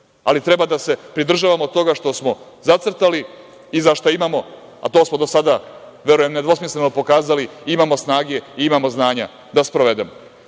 ali treba da se pridržavamo toga što smo zacrtali i za šta imamo, a to smo do sada, verujem nedvosmisleno pokazali, imamo snage i imamo znanja da sprovedemo. Mogu